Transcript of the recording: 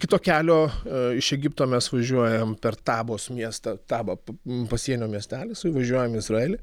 kito kelio iš egipto mes važiuojam per tabos miestą tabą pasienio miestelis įvažiuojam į izraelį